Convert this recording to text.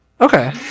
Okay